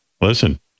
Listen